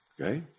Okay